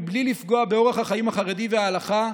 מבלי לפגוע באורח החיים החרדים וההלכה,